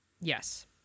Yes